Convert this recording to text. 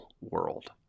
world